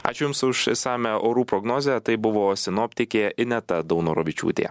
ačiū jums už išsamią orų prognozę tai buvo sinoptikė ineta daunoravičiūtė